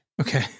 Okay